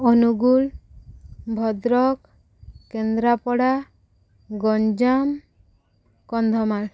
Angul Bhadrak Kendrapara Ganjam Kandhamal